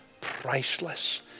priceless